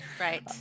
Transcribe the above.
Right